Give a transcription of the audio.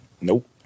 Nope